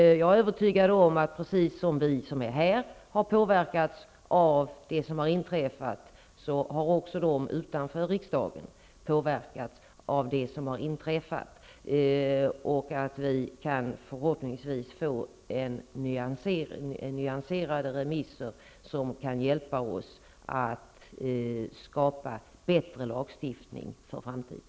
Jag är övertygad om att, precis som vi här i riksdagen har påverkats av det som inträffat, också de som är utanför riksdagen har påverkats. Vi kan förhoppningsvis få nyanserade remissvar som kan hjälpa oss att skapa en bättre lagstiftning för framtiden.